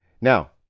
now